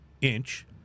inch